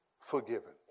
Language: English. forgiven